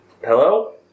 Hello